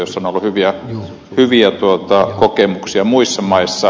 tästä mallista on ollut hyviä kokemuksia muissa maissa